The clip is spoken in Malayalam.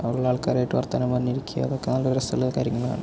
അവിടെയുള്ള ആൾക്കാരുമായിട്ട് വർത്താനം പറഞ്ഞിരിക്കുക അതൊക്കെ നല്ല രസമുള്ള കാര്യങ്ങളാണ്